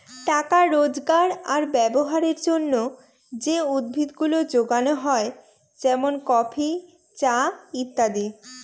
টাকা রোজগার আর ব্যবহারের জন্যে যে উদ্ভিদ গুলা যোগানো হয় যেমন কফি, চা ইত্যাদি